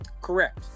Correct